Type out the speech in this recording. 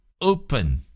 Open